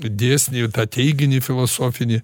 dėsnį tą teiginį filosofinį